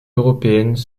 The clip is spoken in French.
européennes